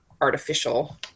artificial